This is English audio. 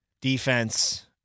Defense